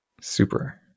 Super